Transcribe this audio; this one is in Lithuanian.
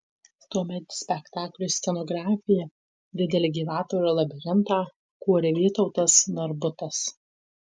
tuomet spektakliui scenografiją didelį gyvatvorių labirintą kūrė vytautas narbutas